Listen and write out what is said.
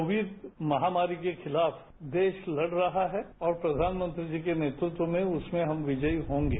Covid महामारी के खिलाफ देश लड़ रहा है और प्रधानमंत्री जी के नेतृत्व में उसमें हम विजयी होंगे